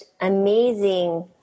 amazing